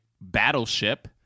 Battleship